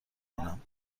کنم